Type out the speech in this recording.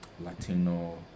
latino